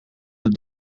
het